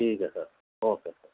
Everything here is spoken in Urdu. ٹھیک ہے سر اوکے سر